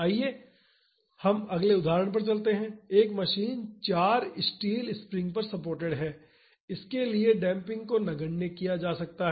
आइए हम अगले उदाहरण पर चलते हैं एक मशीन चार स्टील स्प्रिंग्स पर सपोर्टेड है जिसके लिए डेम्पिंग को नगण्य किया जा सकता है